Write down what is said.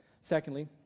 Secondly